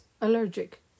allergic